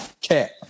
cat